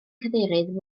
cadeirydd